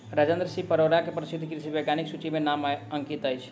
राजेंद्र सिंह परोदा के प्रसिद्ध कृषि वैज्ञानिकक सूचि में नाम अंकित अछि